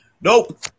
Nope